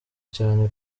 cyane